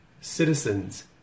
citizens